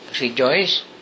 rejoice